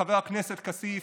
חבר הכנסת כסיף,